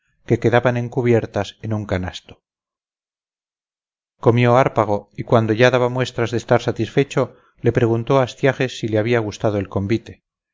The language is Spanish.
que quedaban encubiertas en un canasto comió hárpago y cuando ya daba muestras de estar satisfecho le preguntó astiages si le había gustado el convite